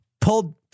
pulled